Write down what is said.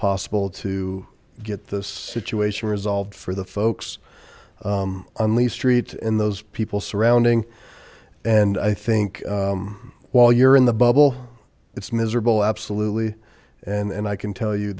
possible to get this situation resolved for the folks on lee street and those people surrounding and i think while you're in the bubble it's miserable absolutely and i can tell you